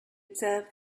observe